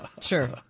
Sure